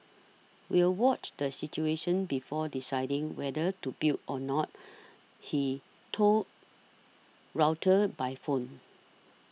we'll watch the situation before deciding whether to build or not he told Reuters by phone